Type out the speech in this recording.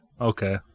Okay